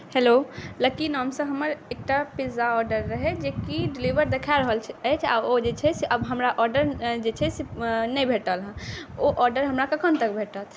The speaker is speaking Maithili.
हेलो लकी नामसँ हमर एकटा पिज्जा ऑडर रहै जेकि डिलीवर देखा रहल अछि आओर ओ जे छै से अब हमरा ऑडर जे छै से नहि भेटल हँ ओ ऑडर हमरा कखन तक भेटत